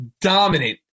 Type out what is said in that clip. dominant